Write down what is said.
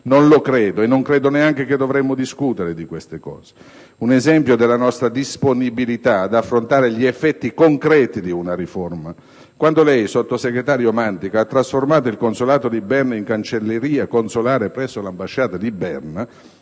non lo credo e non credo neanche che dovremmo discutere di queste cose. Un esempio della nostra disponibilità ad affrontare gli effetti concreti di una riforma: quando lei, sottosegretario Mantica, ha trasformato il Consolato di Berna in cancelleria consolare presso l'Ambasciata di Berna,